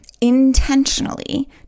intentionally